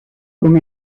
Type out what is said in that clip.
con